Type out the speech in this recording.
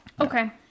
Okay